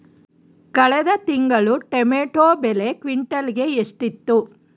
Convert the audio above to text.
ಕಳೆದ ತಿಂಗಳು ಟೊಮ್ಯಾಟೋ ಬೆಲೆ ಕ್ವಿಂಟಾಲ್ ಗೆ ಎಷ್ಟಿತ್ತು?